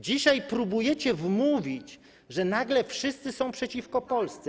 Dzisiaj próbujecie wmówić, że nagle wszyscy są przeciwko Polsce.